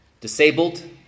disabled